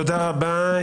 תודה רבה.